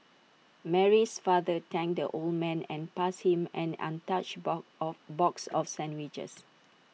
Mary's father thanked the old man and passed him an untouchable of box of sandwiches